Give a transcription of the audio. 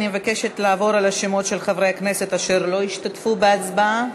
אני מבקשת לחזור על השמות של חברי הכנסת אשר לא השתתפו בהצבעה.